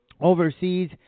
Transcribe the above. overseas